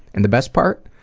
and the best part?